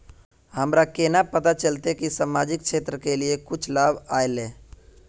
हमरा केना पता चलते की सामाजिक क्षेत्र के लिए कुछ लाभ आयले?